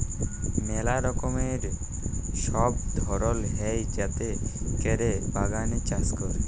ম্যালা রকমের সব ধরল হ্যয় যাতে ক্যরে বাগানে চাষ ক্যরে